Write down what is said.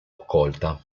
accolta